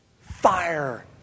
Fire